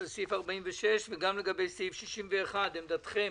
סעיף 46 וגם לגבי סעיף 61. מה עמדתכם?